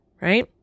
right